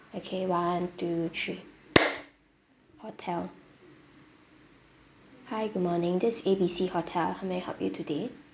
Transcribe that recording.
okay one two three hotel hi good morning this is A B C hotel how may I help you today